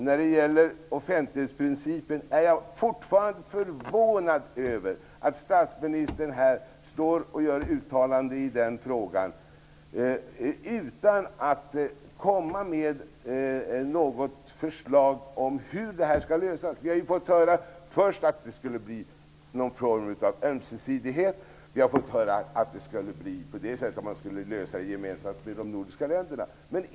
När det gäller offentlighetsprincipen är jag fortfarande förvånad över att statsministern här gör uttalanden i den frågan utan att komma med något förslag om hur detta skall lösas. Först har vi fått höra att det skulle bli någon form av ömsesidighet. Vi har fått höra att det skulle lösas gemensamt med de nordiska länderna.